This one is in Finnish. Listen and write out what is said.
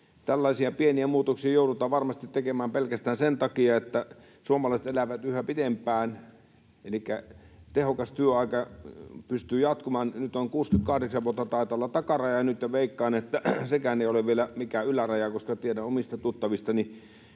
Tällaisia pieniä muutoksia joudutaan varmasti tekemään pelkästään sen takia, että suomalaiset elävät yhä pidempään, elikkä tehokas työaika pystyy jatkumaan. 68 vuotta taitaa olla takaraja nyt, ja veikkaan, että sekään ei ole vielä mikään yläraja, koska tiedän omista tuttavistani